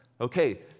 Okay